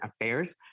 affairs